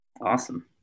awesome